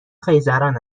خیزران